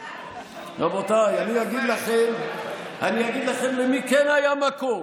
רבותיי, אני אגיד לכם למי כן היה מקום.